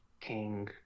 King